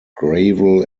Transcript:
gravel